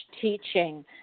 teaching